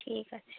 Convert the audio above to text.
ঠিক আছে